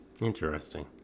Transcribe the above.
interesting